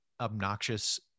obnoxious